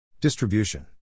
Distribution